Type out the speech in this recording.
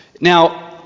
Now